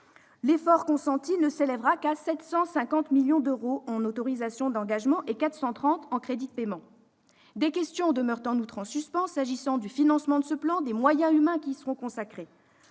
l'effort consenti ne s'élèvera qu'à 750 millions d'euros en autorisations d'engagement et à 430 millions d'euros en crédits de paiement. En outre, des questions demeurent en suspens s'agissant du financement de ce plan et des moyens humains qui y seront consacrés.